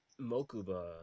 Mokuba